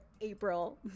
April